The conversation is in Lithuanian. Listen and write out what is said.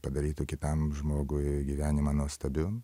padarytų kitam žmogui gyvenimą nuostabiu